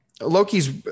Loki's